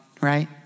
Right